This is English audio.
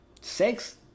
sex